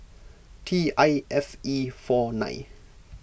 T I F E four nine